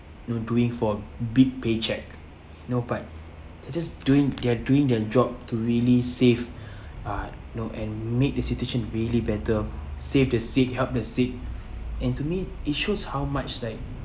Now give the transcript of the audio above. know doing for big paycheck no but they're just doing they're doing their job to really save uh know and make the situation really better save the sick help the sick and to me it shows how much like